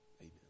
Amen